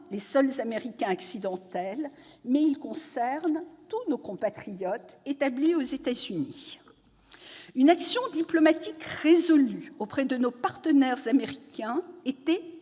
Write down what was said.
les seuls « Américains accidentels », mais concerne tous nos compatriotes établis aux États-Unis. Une action diplomatique résolue auprès de nos partenaires américains était